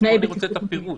אז אני רוצה את הפירוט.